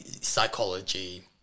psychology